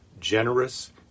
generous